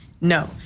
No